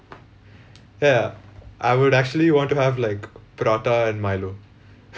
ya I would actually want to have like prata and milo